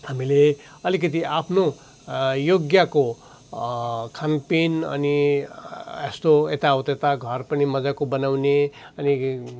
हामीले अलिकिति आफ्नु योग्यको खान पिन अनि यस्तो यताउता घर पनि मजाको बनाउने अनि